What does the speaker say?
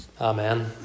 Amen